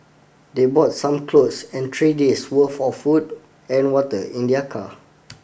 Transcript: they bought some clothes and three days worth of food and water in their car